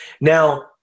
Now